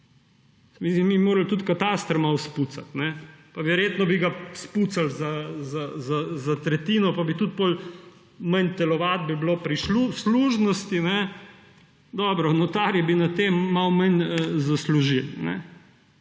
Mi bi morali tudi kataster malo spucati, pa verjetno bi ga spucali za tretjino pa bi tudi potem manj telovadbe bilo pri služnosti. Dobro, notarji bi na tem malo manj zaslužili.